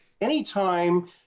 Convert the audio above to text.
anytime